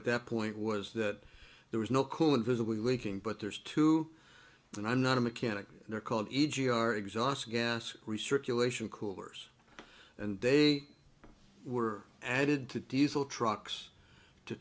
at that point was that there was no coolant visibly leaking but there's two and i'm not a mechanic there called e g our exhaust gas research elation coolers and they were added to diesel trucks to